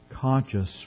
Conscious